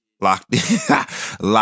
Locked